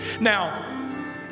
Now